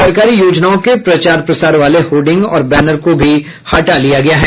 सरकारी योजनाओं के प्रचार प्रसार वाले होर्डिंग और बैनर को भी हटा लिया गया है